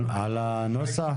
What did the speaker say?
על הנוסח?